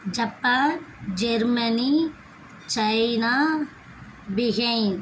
Japan Germany China behind